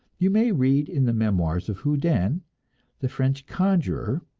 you may read in the memoirs of houdin, the french conjurer,